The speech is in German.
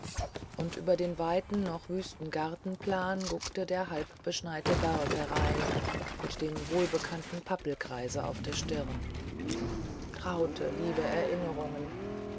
und über den weiten noch wüsten gartenplan guckte der halbbeschneite berg herein mit dem wohlbekannten pappelkreise auf der stirn traute liebe erinnerungen